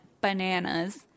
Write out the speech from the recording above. bananas